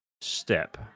step